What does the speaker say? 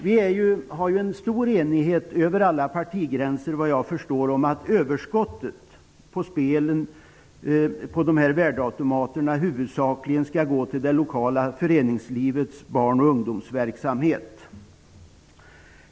Vi har såvitt jag förstår en stor enighet över alla partigränser om att överskottet av spelet på värdeautomater huvudsakligen skall gå till det lokala föreningslivets barn och ungdomsverksamhet.